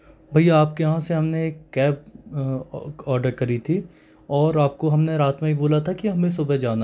भैया आप के यहाँ से हमने एक कैब ऑर्डर करी थी और आपको हमने रात में ही बोला था कि हमें सुबह जाना है